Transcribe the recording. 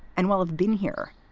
and while i've been here,